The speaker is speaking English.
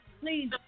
please